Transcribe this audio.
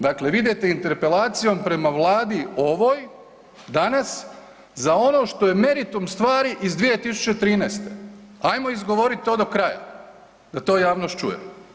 Dakle, vi idete interpelacijom prema Vladi ovoj danas za ono što je meritum stvari iz 2013., ajmo izgovoriti to do kraja da to javnost čuje.